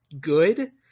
good